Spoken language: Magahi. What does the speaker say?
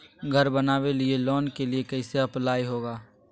घर बनावे लिय लोन के लिए कैसे अप्लाई होगा?